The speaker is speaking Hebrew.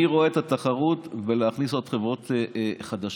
אני רואה את התחרות בלהכניס עוד חברות חדשות,